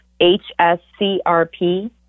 HSCRP